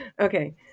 Okay